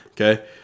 Okay